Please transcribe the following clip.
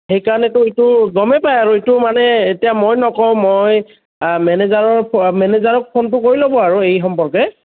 সেইকাৰণেটো এইটো গমে পায় আৰু এইটো মানে এতিয়া মই নকওঁ মই মেনেজাৰক মেনেজাৰক ফোনটো কৰি ল'ব আৰু এই সম্পৰ্কে